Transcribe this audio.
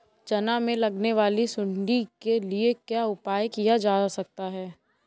चना में लगने वाली सुंडी के लिए क्या उपाय किया जा सकता है?